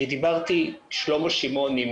דיברתי עם שלמה שמעוני,